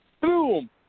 Boom